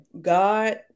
God